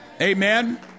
Amen